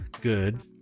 good